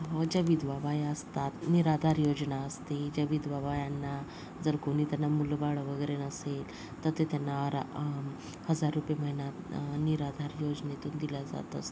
ज्या विधवा बाया असतात निराधार योजना असते ज्या विधवा बायांना जर कोणी त्यांना मुलंबाळं वगैरे नसेल तर ते त्यांना रा हजार रुपये महिना निराधार योजनेतून दिला जात असतो